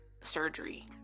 surgery